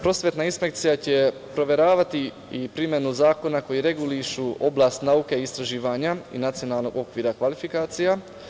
Prosvetna inspekcija će proveravati i primenu zakona koji regulišu oblast nauke i istraživanja i nacionalnog okvira kvalifikacija.